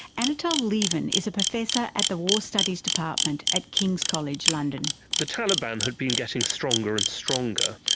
anatol lieven is a professor at the war studies department at kings college london. the taliban had been getting stronger and stronger,